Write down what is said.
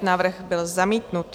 Návrh byl zamítnut.